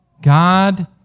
God